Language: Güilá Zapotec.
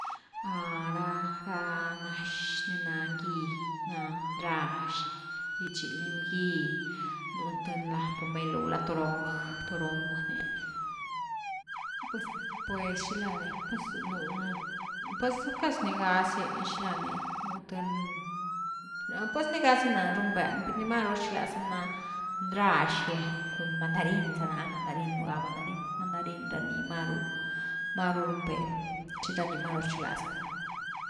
Ra-ra nax ni na ngi na ndrax gi chi, lim gy, un th ni la pomelo, gulá toronja-toronja ni pues-pues xilani nú, pues casi ni ga zy xila ni nú th’ni, pues ni ga zy run’ve, ni maru chiglaza ná ndrax gy cun mandarin za na, mandarin un ga mandarin, mandarin ra nii maru, maru run’ve nu chi ni mru rchiglas za nú.